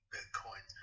Bitcoin